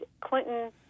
Clinton